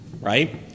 right